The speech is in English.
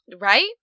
right